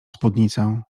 spódnicę